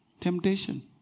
Temptation